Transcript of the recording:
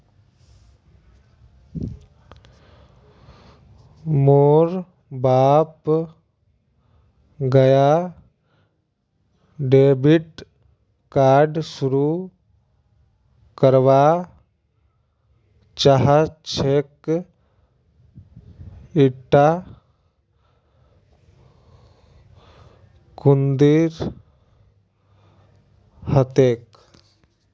मोर बाप नाया डेबिट कार्ड शुरू करवा चाहछेक इटा कुंदीर हतेक